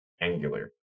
Angular